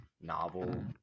novel